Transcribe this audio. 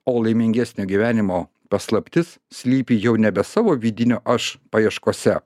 o laimingesnio gyvenimo paslaptis slypi jau nebe savo vidinio aš paieškose